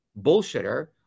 bullshitter